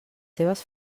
seves